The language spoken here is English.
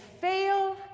fail